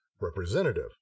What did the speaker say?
Representative